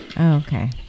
okay